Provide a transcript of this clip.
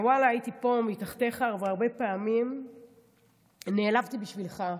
הייתי פה מתחתיך, והרבה פעמים נעלבתי בשבילך.